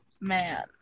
Man